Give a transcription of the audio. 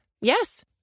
Yes